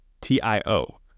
t-i-o